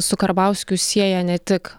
su karbauskiu sieja ne tik